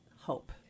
hope